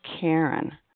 Karen